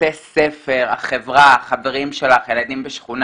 בתי ספר, החברה, החברים שלך, הילדים בשכונה.